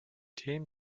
themen